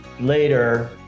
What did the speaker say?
later